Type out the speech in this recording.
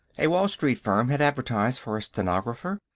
a wall street firm had advertised for a stenographer.